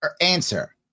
answer